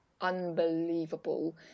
unbelievable